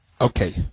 okay